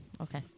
Okay